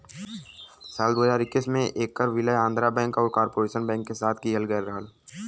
साल दू हज़ार इक्कीस में ऐकर विलय आंध्रा बैंक आउर कॉर्पोरेशन बैंक के साथ किहल गयल रहल